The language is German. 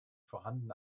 vorhandene